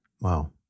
Wow